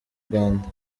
rwanda